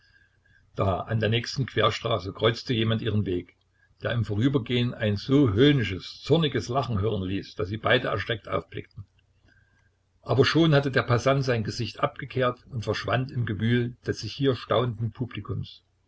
da an der nächsten querstraße kreuzte jemand ihren weg der im vorübergehen ein so höhnisches zorniges lachen hören ließ daß sie beide erschreckt aufblickten aber schon hatte der passant sein gesicht abgekehrt und verschwand im gewühl des sich hier stauenden publikums